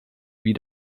wie